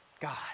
God